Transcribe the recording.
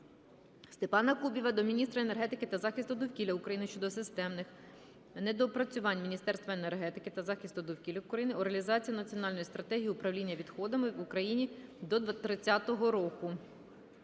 Степана Кубіва до міністра енергетики та захисту довкілля України щодо системних недопрацювань Міністерства енергетики та захисту довкілля України у реалізації Національної стратегії управління відходами в Україні до 2030 року.